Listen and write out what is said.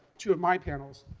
two of my panels